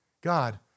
God